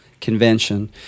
convention